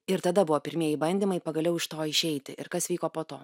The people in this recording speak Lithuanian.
ir tada buvo pirmieji bandymai pagaliau iš to išeiti ir kas vyko po to